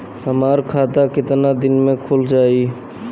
हमर खाता कितना केतना दिन में खुल जाई?